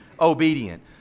obedient